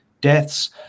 deaths